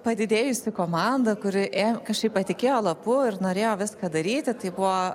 padidėjusi komanda kuri kažkaip patikėjo lapu ir norėjo viską daryti tai buvo